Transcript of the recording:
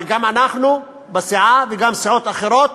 אבל גם אנחנו בסיעה וגם סיעות אחרות,